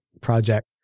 project